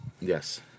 Yes